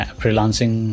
freelancing